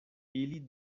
ili